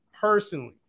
personally